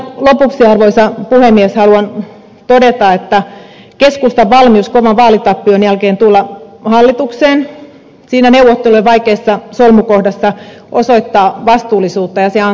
aivan lopuksi arvoisa puhemies haluan todeta että keskustan valmius kovan vaalitappion jälkeen tulla hallitukseen siinä neuvottelujen vaikeassa solmukohdassa osoittaa vastuullisuutta ja se ansaitsee kiitokset